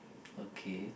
okay